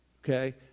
okay